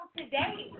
today